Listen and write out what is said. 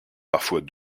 parfois